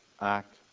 act